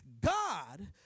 God